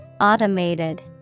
Automated